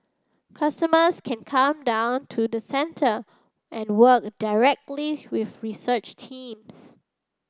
customers can come down to the centre and work directly with research teams